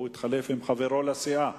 התחלף עם חברו לסיעה,